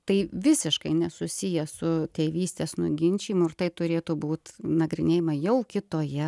tai visiškai nesusiję su tėvystės nuginčijimu ir tai turėtų būt nagrinėjama jau kitoje